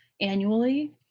annually